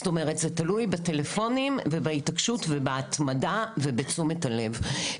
זאת אומרת זה תלוי בטלפונים ובהתעקשות ובהתמדה ובתשומת הלב.